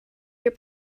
your